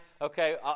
okay